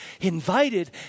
invited